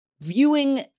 viewing